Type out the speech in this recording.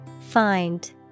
Find